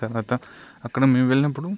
తర్వాత అక్కడ మేము వెళ్ళినప్పుడు